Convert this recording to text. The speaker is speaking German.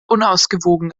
unausgewogen